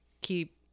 keep